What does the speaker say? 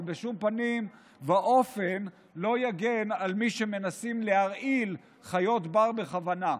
אבל בשום פנים ואופן לא יגן על מי שמנסים להרעיל חיות בר בכוונה.